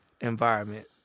Environment